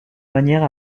manière